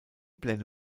pläne